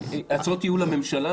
נתתי לממשלה הצעות ייעול,